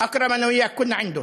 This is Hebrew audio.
אכרם, אתה ואני היינו אצלו.)